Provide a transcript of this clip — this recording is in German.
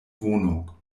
wohnung